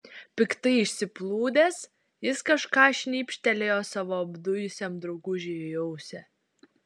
piktai išsiplūdęs jis kažką šnypštelėjo savo apdujusiam draugužiui į ausį